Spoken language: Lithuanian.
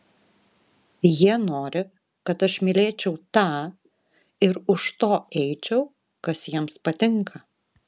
jie nori kad aš mylėčiau tą ir už to eičiau kas jiems patinka